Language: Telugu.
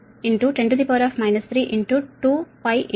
6 10 3 2π 60 హెర్ట్జ్ వ్యవస్థ